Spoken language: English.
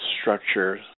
structure